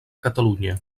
catalunya